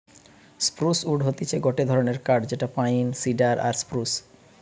spruce wood হতিছে গটে ধরণের কাঠ যেটা পাইন, সিডার আর স্প্রুস